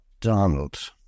Donald